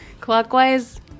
clockwise